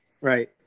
Right